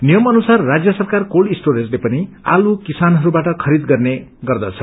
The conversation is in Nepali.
नियम अनुसार राज्य सरक्वर कोल्ड स्टोरेजले पनि आलू किसानहरूबाट खरीद गर्नेगर्छ